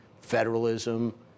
federalism